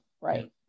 Right